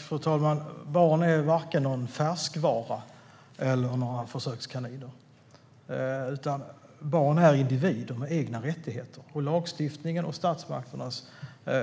Fru talman! Barn är varken några färskvaror eller försökskaniner, utan barn är individer med egna rättigheter. Lagstiftningens och statsmakternas